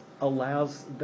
allows